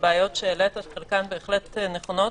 הבעיות שהעלית חלקן בהחלט נכונות.